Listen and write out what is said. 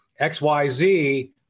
XYZ